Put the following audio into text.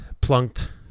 plunked